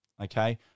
okay